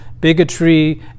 bigotry